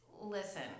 listen